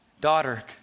daughter